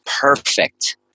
perfect